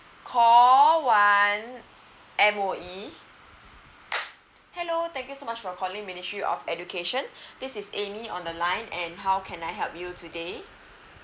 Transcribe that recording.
call one M_O_E hello thank you so much for calling ministry of education this is amy on the line and how can I help you today